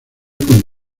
con